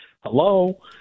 Hello